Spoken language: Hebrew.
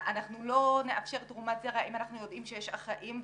אנחנו לא נאפשר תרומת זרע אם אנחנו יודעים שיש אחים.